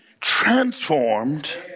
transformed